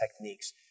techniques